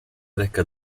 reca